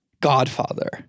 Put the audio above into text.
godfather